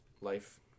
life